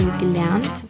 gelernt